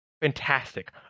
Fantastic